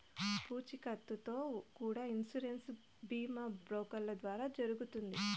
పూచీకత్తుతో కూడా ఇన్సూరెన్స్ బీమా బ్రోకర్ల ద్వారా జరుగుతుంది